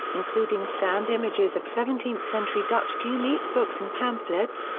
including scanned images of seventeenth century dutch tulip books and pamphlets,